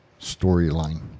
storyline